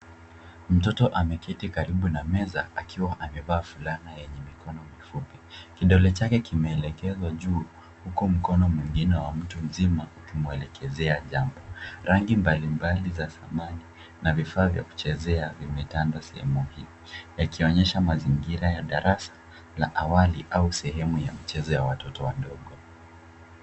Mtoto ameketi karibu na meza akiwa amevaa fulana yenye mikono mifupi. Kidole chake kimeelekezwa juu huku mkono mwingine wa mtu mzima ukimuelekezea jambo. Rangi mbalimbali za samani na vifaa vya kuchezea vimetandwa sehemu hii yakionyesha mazingira ya darasa la awali au sehemu la kucheza la watoto wadogo.